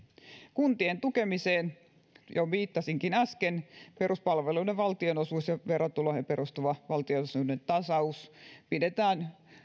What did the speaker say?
kuntien tukemiseen johon viittasinkin äsken peruspalveluiden valtionosuutta ja verotuloihin perustuvaa valtionosuuden tasausta pidetään